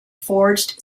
forged